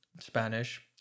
Spanish